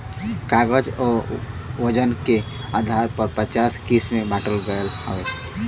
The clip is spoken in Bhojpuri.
कागज क वजन के आधार पर पाँच किसम बांटल गयल हौ